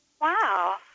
Wow